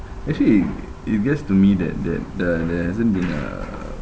actually it it gets to me that that there there hasn't been uh